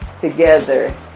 together